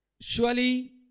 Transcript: Surely